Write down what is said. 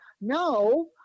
No